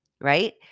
right